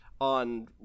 on